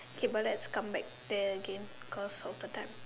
K but let's come back there again because of the time